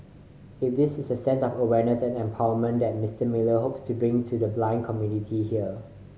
it is this sense of awareness and empowerment that Mister Miller hopes to bring to the blind community here